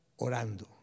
orando